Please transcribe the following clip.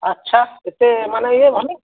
ଆଚ୍ଛା ଏତେ ମାନେ ଇଏ ଭଲ